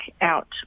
out